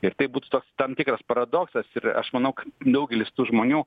ir tai būtų toks tam tikras paradoksas ir aš manau daugelis tų žmonių